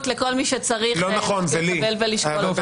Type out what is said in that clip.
לכל מי שצריך לקבל ולשקול דברים כאלה.